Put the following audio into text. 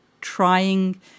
trying